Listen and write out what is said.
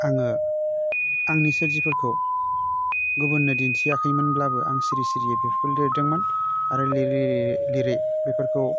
आङो आंनि सोरजिफोरखौ गुबुन्नो दिन्थियाखैमोनब्लाबो आं सिरि सिरियै बेफोरखौ लिरदोंमोन आरो लिरै लिरै लिरै बेफोरखौ